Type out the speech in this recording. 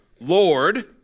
Lord